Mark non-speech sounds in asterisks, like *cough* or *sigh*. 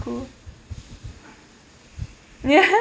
cool ya *laughs*